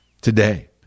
today